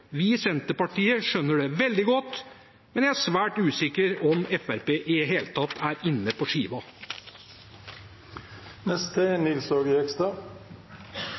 Vi i Senterpartiet skjønner det veldig godt, men jeg er svært usikker på om Fremskrittspartiet i det hele tatt er inne på